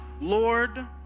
Lord